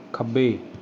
ਖੱਬੇ